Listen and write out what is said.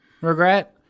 regret